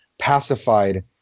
Pacified